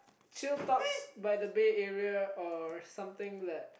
chill talks by the bed area or something that